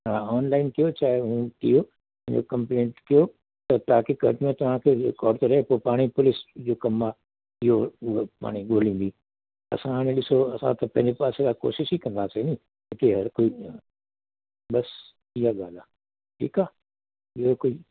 तव्हां ऑनलाइन कयो चाहे हीअ कयो इहो कंप्लेंट कयो त तव्हांखे कंपनीअ तव्हांखे जीअं कॉरपोरेट पोइ पाण ई पुलिस जो कमु आहे इयो पाण ई ॻोल्हींदी असां हाणे ॾिसो असां त पंहिंजे पासे या कोशिशि ई कंदासीं नी छोकी हीअ कोई बसि इहा ॻाल्हि आहे ठीक आहे ॿियो कुझु